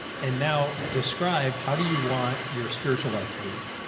and now describe how do you want your spiritual life to be.